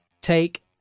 take